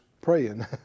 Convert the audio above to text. praying